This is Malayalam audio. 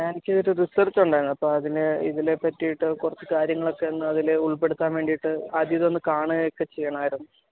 എനിക്കൊരു റിസർച്ചുണ്ടായിരുന്നപ്പം അതിന് ഇതിലേപ്പറ്റിയിട്ട് കുറച്ച് കാര്യങ്ങളൊക്കെ ഒന്ന് അതിൽ ഉൾപ്പെടുത്താൻ വേണ്ടിയിട്ട് ആദ്യമിതൊന്നും കാണുകയൊക്കെ ചെയ്യണമായിരുന്നു